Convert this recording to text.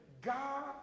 God